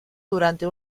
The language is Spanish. durante